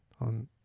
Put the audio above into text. on